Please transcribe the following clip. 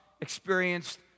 experienced